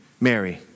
Mary